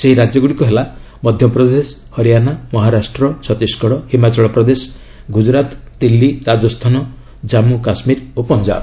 ସେହି ରାଜ୍ୟଗୁଡ଼ିକ ହେଲା ମଧ୍ୟପ୍ରଦେଶ ହରିଆନା ମହାରାଷ୍ଟ୍ର ଛତିଶଗଡ଼ ହିମାଚଳପ୍ରଦେଶ ଗୁଜରାତ ଦିଲ୍ଲୀ ରାଜସ୍ଥାନ ଜାମ୍ମ କାଶ୍ୱୀର ଓ ପଞ୍ଜାବ